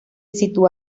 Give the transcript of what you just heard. sitúa